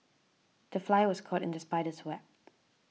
the fly was caught in the spider's web